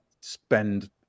spend